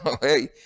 hey